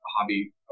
hobby